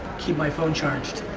keep my phone charged.